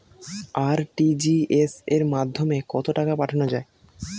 RTGS এর মাধ্যমে কত টাকা পাঠানো যায়?